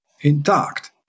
intact